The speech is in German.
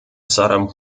saddam